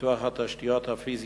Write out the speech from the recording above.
פיתוח התשתיות האטי